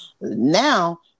now